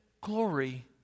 glory